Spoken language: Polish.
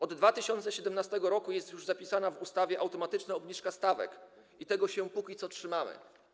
Od 2017 r. jest już zapisana w ustawie automatyczna obniżka stawek i tego się póki co trzymamy.